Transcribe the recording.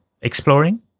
exploring